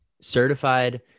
certified